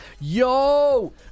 Yo